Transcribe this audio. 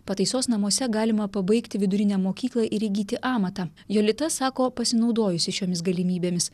pataisos namuose galima pabaigti vidurinę mokyklą ir įgyti amatą jolita sako pasinaudojusi šiomis galimybėmis